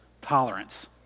Tolerance